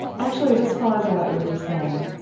actually, this follows on what you were just saying.